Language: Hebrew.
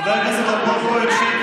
חבר הכנסת אלמוג כהן, שב,